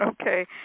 Okay